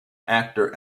actor